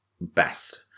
best